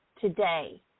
today